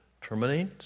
terminate